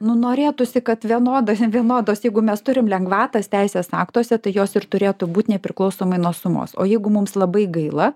nu norėtųsi kad vienodos ne vienodos jeigu mes turim lengvatas teisės aktuose tai jos ir turėtų būt nepriklausomai nuo sumos o jeigu mums labai gaila